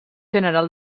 general